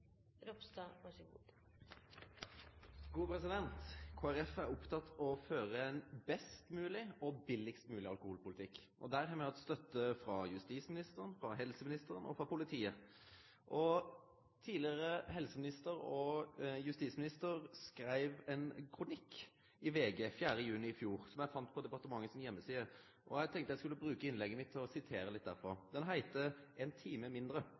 å føre ein best mogleg og billegast mogleg alkoholpolitikk. Der har me hatt støtte frå justisministeren, frå helseministeren og frå politiet. Vår tidlegare helseminister og justisministeren skreiv ein kronikk i VG 4. juni i fjor, som eg fann på departementets heimeside. Eg tenkte eg skulle bruke innlegget mitt til å sitere litt derifrå. Kronikken heiter «En time mindre».